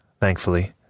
thankfully